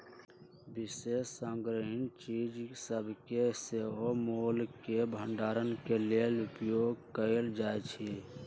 विशेष संग्रहणीय चीज सभके सेहो मोल के भंडारण के लेल उपयोग कएल जाइ छइ